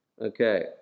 Okay